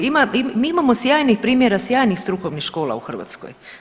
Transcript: Ima, mi imamo sjajnih primjera, sjajnih strukovnih škola u Hrvatskoj.